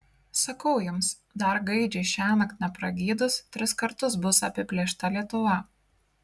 sakau jums dar gaidžiui šiąnakt nepragydus tris kartus bus apiplėšta lietuva